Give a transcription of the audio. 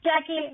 Jackie